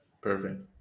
Perfect